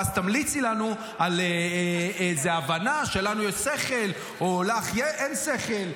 ואז תמליצי לנו על ההבנה שלנו יש שכל ולך אין שכל.